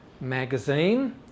magazine